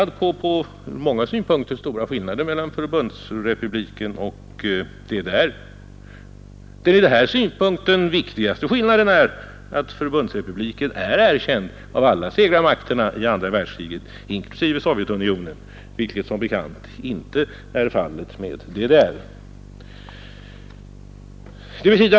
Det beror på att det föreligger en mycket viktig skillnad mellan Förbundsrepubliken och DDR. Den viktigaste skillnaden ur den här aktuella synpunkten är att Förbundsrepubliken är erkänd av alla segrarmakterna i andra världskriget inklusive Sovjetunionen; detta är som bekant inte fallet med DDR.